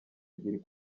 ebyiri